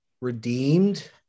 redeemed